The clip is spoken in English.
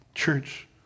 Church